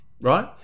right